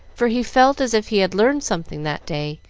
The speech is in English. for he felt as if he had learned something that day,